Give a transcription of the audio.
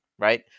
right